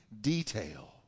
detail